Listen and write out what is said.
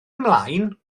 ymlaen